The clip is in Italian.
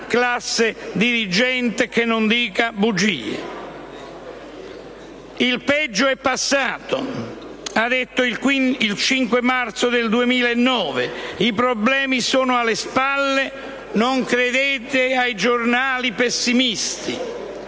«Il peggio è passato.» - ha detto il 5 marzo 2009 - «I problemi sono alle spalle. Non credete ai giornali pessimisti».